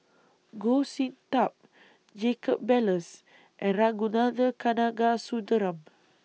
Goh Sin Tub Jacob Ballas and Ragunathar Kanagasuntheram